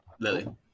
Lily